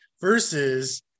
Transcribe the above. versus